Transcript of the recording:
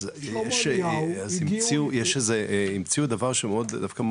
אז המציאו דבר שדווקא,